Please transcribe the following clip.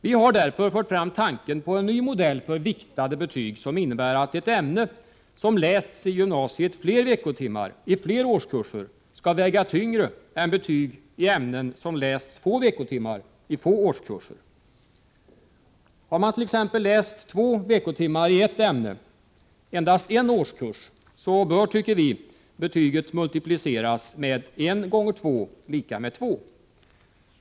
Vi har därför fört fram tanken på en för viktade betyg ny modell, som innebär att ett ämne som lästs i gymnasiet fler veckotimmar i flera årskurser skall väga tyngre än betyg i ämnen som lästs få veckotimmar i få årskurser. Har man t.ex. läst två veckotimmar i ett ämne endast en årskurs, bör betyget multipliceras med 2, dvs. 1 x 2 = 2.